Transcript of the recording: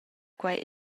quei